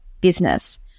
business